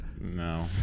No